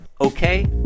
okay